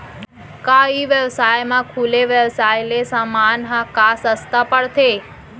का ई व्यवसाय म खुला व्यवसाय ले समान ह का सस्ता पढ़थे?